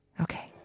Okay